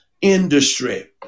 industry